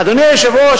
אדוני היושב-ראש,